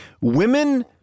women